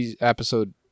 episode